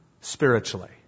spiritually